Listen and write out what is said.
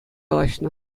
калаҫнӑ